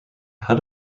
how